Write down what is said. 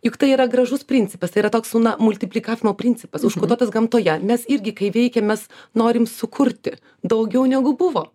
juk tai yra gražus principas tai yra toks unamultiplikavimo principas užkoduotas gamtoje mes irgi kai veikiam mes norim sukurti daugiau negu buvo